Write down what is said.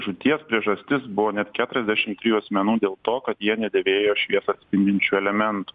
žūties priežastis buvo net keturiasdešim trijų asmenų dėl to kad jie nedėvėjo šviesą atspindinčių elementų